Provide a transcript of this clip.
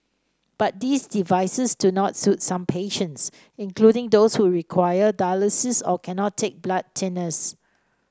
but these devices do not suit some patients including those who require dialysis or cannot take blood thinners